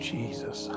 Jesus